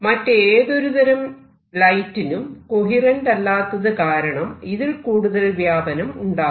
മറ്റേതൊരു തരം ലൈറ്റിനും കൊഹിരെന്റ് അല്ലാത്തത് കാരണം ഇതിൽ കൂടുതൽ വ്യാപനം ഉണ്ടാകും